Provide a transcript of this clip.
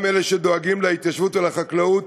גם אלה שדואגים להתיישבות ולחקלאות: